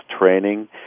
training